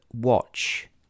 watch